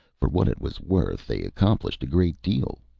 for what it was worth, they accomplished a great deal.